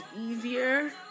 easier